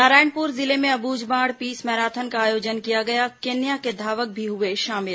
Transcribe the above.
नारायणपुर जिले में Abujhmarh peace marathon का आयोजन किया गया केन्या के धावक भी हुए शामिल